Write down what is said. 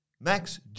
Max